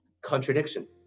Contradiction